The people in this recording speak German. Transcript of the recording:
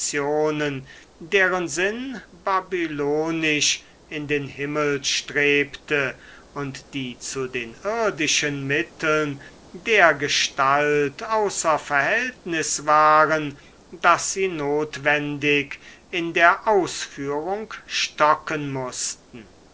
deren sinn babylonisch in den himmel strebte und die zu den irdischen mitteln dergestalt außer verhältnis waren daß sie notwendig in der ausführung stocken mußten